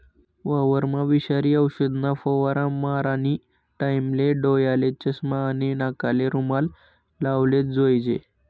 वावरमा विषारी औषधना फवारा मारानी टाईमले डोयाले चष्मा आणि नाकले रुमाल लावलेच जोईजे